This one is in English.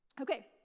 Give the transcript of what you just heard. Okay